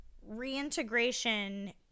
reintegration